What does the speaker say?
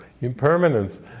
impermanence